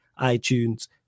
iTunes